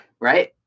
Right